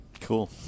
cool